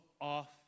off